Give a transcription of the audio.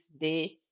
day